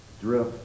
drip